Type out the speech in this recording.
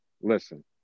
listen